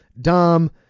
Dom